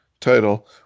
title